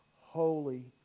holy